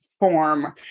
Form